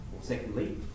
Secondly